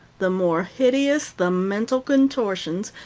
the more hideous the mental contortions,